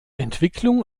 entwicklung